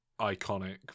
iconic